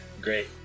Great